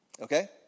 Okay